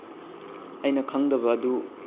ꯑꯩꯅ ꯈꯪꯗꯕ ꯑꯗꯨ